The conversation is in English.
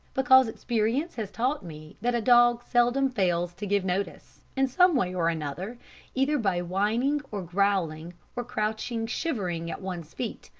because experience has taught me that a dog seldom fails to give notice, in some way or another either by whining, or growling, or crouching shivering at one's feet,